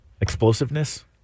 explosiveness